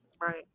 Right